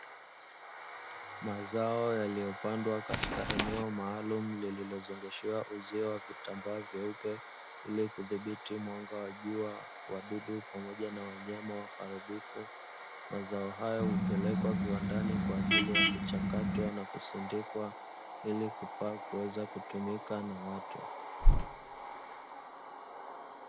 Mazao yaliyopandwa katika eneo maalumu lililozungushiwa uzio wa vitambaa vyeupe, ili kudhibiti mwanga wa jua, wadudu pamoja na wanyama waharibifu. Mazao hayo hupelekwa viwandani kwa ajili ya kuchakatwa na kusindikwa, ili kufaa kuweza kutumika na watu.